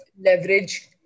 leverage